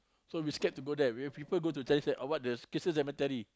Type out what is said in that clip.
so we scared to go there we have people go to Chinese ah what the Christian cemetery